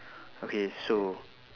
okay so